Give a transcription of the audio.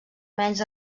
menys